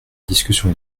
discussion